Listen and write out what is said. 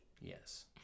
Yes